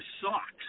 socks